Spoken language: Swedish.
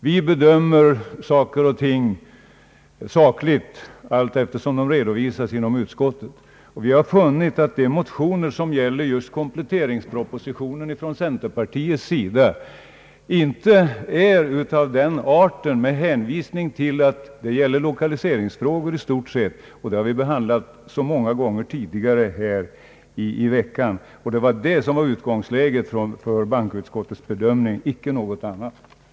Vi bedömer frågorna sakligt, allteftersom de redovisas i utskottet. Vi har funnit att centerpartiets motioner med anledning av den statliga kompletteringspropositionen inte är av den arten att de bör bedömas i detta sammanhang. Motionerna gäller nämligen i stort sett lokaliseringsfrågor — alltså sådana frågor som vi har behandlat många gånger tidigare under veckan. Det är detta som är utgångsläget för bankoutskottets bedömning och inte något annat.